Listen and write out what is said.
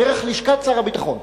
דרך לשכת שר הביטחון.